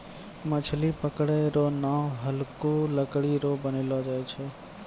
मछली पकड़ै रो नांव हल्लुक लकड़ी रो बनैलो जाय छै